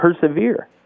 persevere